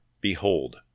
Behold